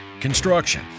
construction